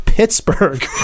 Pittsburgh